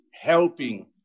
helping